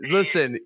Listen